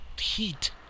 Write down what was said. heat